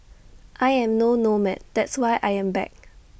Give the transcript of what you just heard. I am no nomad that's why I am back